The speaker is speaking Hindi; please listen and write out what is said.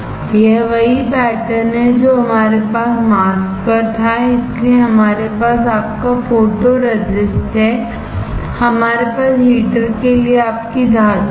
यह वही पैटर्न है जो हमारे पास मास्क पर था इसलिए हमारे पास आपका फोटोरेसिस्ट हैहमारे पास हीटर के लिए आपकी धातु है